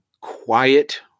quiet